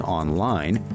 online